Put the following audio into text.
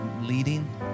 leading